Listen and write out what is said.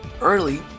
early